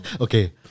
Okay